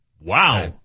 Wow